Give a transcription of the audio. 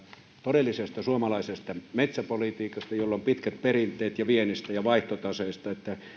todellisesta suomalaisesta metsäpolitiikasta jolla on pitkät perinteet ja viennistä ja vaihtotaseesta